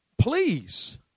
Please